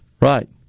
Right